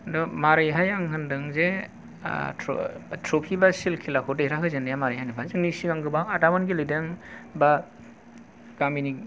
किन्तु माबोरैहाय आं होनदों जे ट्रफि एबा सिल्ड खेलाखौ देरहा होजेननाया माबोरै होनोब्ला जोंनि सिगां गोबां आदामोन गेलेदों एबा गामिनि